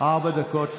ארבע דקות.